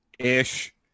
Ish